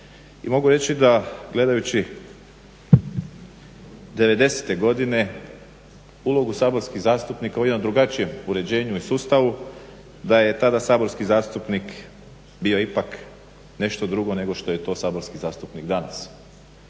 mogu reći da gledajući 90-te godine ulogu saborskih zastupnika u jednom drugačijem uređenju i sustavu da je tada saborski zastupnik bio ipak nešto drugo nego što je to saborski zastupnik danas.